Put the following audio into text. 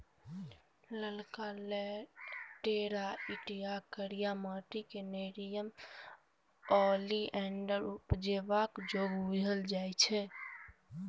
ललका लेटैराइट या करिया माटि क़ेँ नेरियम ओलिएंडर उपजेबाक जोग बुझल जाइ छै